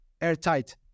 airtight